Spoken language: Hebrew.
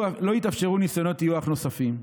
לא יתאפשרו ניסיון טיוח נוספים.